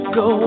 go